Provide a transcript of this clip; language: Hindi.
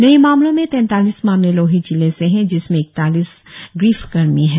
नये मामलों में तैंतालीस मामले लोहित जिले से है जिसमें इकतालीस ग्रीफ कर्मी है